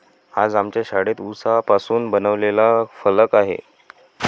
आज आमच्या शाळेत उसापासून बनवलेला फलक आहे